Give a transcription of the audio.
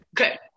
Okay